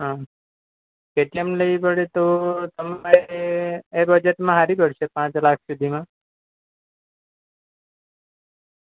હ એટલામાં લેવી પડે તો તમારે એ બજેટમાં સારી પડશે પાંચ લાખ સુધીમાં